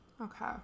Okay